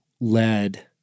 led